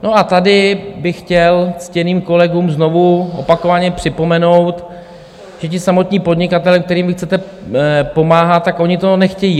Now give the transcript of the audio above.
A tady bych chtěl ctěným kolegům znovu opakovaně připomenout, že ti samotní podnikatelé, kterým vy chcete pomáhat, tak oni to nechtějí.